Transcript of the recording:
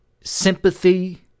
sympathy